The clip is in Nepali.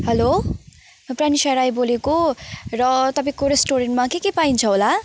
हलो म प्रनिसा राई बोलेको र तपाईँको रेस्टुरेन्टमा के के पाइन्छ होला